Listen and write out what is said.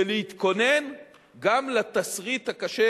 ולהתכונן גם לתסריט הקשה